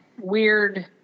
weird